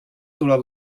durant